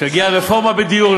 כשתגיע הרפורמה בדיור,